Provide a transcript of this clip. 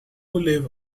live